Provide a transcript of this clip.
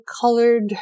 colored